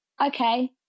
okay